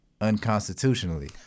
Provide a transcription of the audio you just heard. unconstitutionally